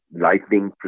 lightning